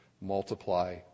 multiply